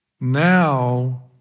Now